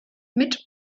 mit